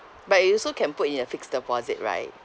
but you also can put in a fixed deposit right